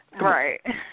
Right